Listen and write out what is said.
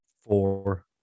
Four